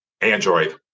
Android